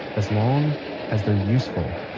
as long as they're useful